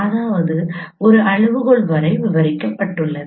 அதாவது அது அளவுகோல் வரை விவரிக்கப்பட்டுள்ளது